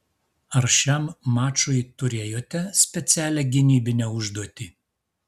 ar šiam mačui turėjote specialią gynybinę užduotį